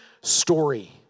story